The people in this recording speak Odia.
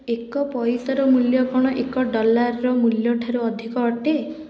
ଏକ ପଇସାର ମୂଲ୍ୟ କ'ଣ ଏକ ଡଲାର୍ର ମୂଲ୍ୟ ଠାରୁ ଅଧିକ ଅଟେ